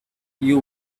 you